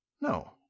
No